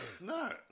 no